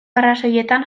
arrazoietan